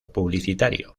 publicitario